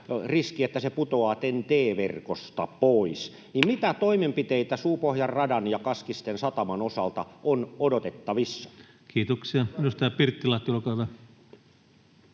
että se putoaa TEN-T-verkosta pois. Mitä toimenpiteitä Suupohjan radan ja Kaskisten sataman osalta on odotettavissa? Kiitoksia. — Edustaja Pirttilahti, olkaa hyvä.